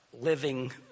living